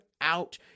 out